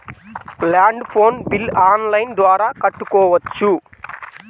Land phone bill online ద్వారా కట్టుకోవచ్చు?